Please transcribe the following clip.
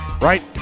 right